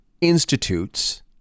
institutes